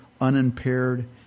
unimpaired